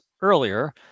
earlier